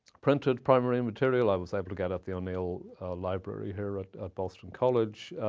printed primary material i was able to get at the o'neill library here at at boston college.